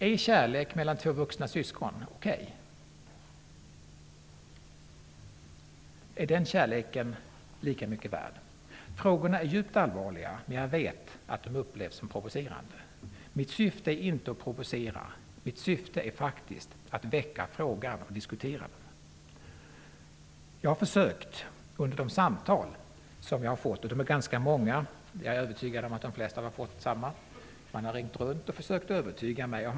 Är kärlek mellan två vuxna syskon okej? Är den kärleken lika mycket värd? Frågorna är djupt allvarliga, men jag vet att de upplevs som provocerande. Mitt syfte är inte att provocera. Mitt syfte är att väcka frågan och diskutera den. Jag har försökt att ställa den under de telefonsamtal jag fått, och de är ganska många. Jag är övertygad om att de flesta har fått sådana samtal. Olika personer har ringt runt och försökt övertyga mig.